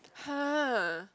!huh!